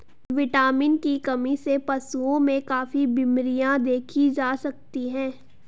vitamin की कमी से पशुओं में काफी बिमरियाँ देखी जा सकती हैं